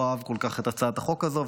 משרד המשפטים לא אהב כל כך את הצעת החוק הזאת,